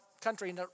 country